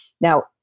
Now